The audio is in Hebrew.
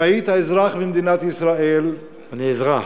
אם היית אזרח במדינת ישראל, אני אזרח.